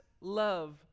love